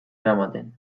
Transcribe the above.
eramaten